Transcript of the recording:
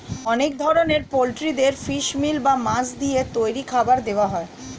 অনেক ধরনের পোল্ট্রিদের ফিশ মিল বা মাছ দিয়ে তৈরি খাবার দেওয়া হয়